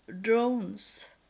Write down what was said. drones